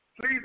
please